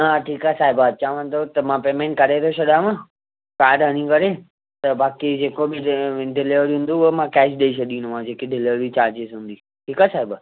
हा ठीकु आहे साहिबु अचांव थो त मां पेमेंट करे थो छॾियांव कार्ड हणी करे त बाकी जेको बि जे डिलीवरी हूंदी उहा मां कैश ॾेई छ्ॾीदोमांव जेकी डिलीवरी चार्जिस हूंदी ठीकु आहे साहिबु